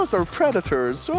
are predators,